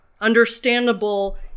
understandable